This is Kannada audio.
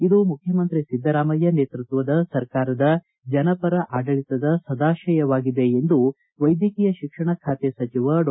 ಇದು ಮುಖ್ಶಮಂತ್ರಿ ಸಿದ್ಧರಾಮಯ್ಯ ನೇತೃತ್ವದ ಸರ್ಕಾರದ ಜನಪರ ಆಡಳಿತದ ಸದಾಶಯವಾಗಿದೆ ಎಂದು ವೈದ್ಯಕೀಯ ಶಿಕ್ಷಣ ಖಾತೆ ಸಚಿವ ಡಾ